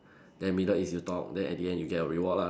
then middle is you top then at the end you get your reward lah